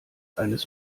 eines